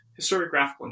historiographical